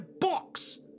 box